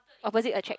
opposite attracts